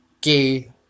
gay